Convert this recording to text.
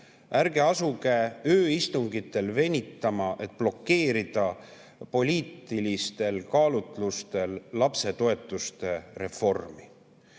ärge asuge ööistungitel venitama, et blokeerida poliitilistel kaalutlustel lapsetoetuste reformi!